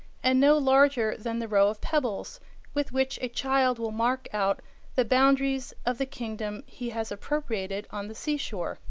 and no larger than the row of pebbles with which a child will mark out the boundaries of the kingdom he has appropriated on the sea-shore.